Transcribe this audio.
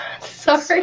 Sorry